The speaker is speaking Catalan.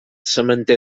sementer